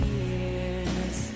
years